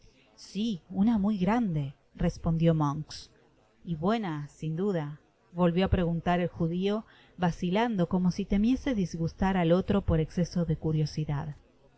si una mu y grande respondió monks y buena sin duda volvió á preguntar el judio vacilando como si temiese disgustar al otro por exceso de curiosidad